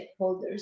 stakeholders